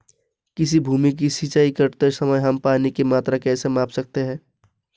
किसी भूमि की सिंचाई करते समय हम पानी की मात्रा कैसे माप सकते हैं?